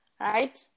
right